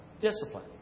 discipline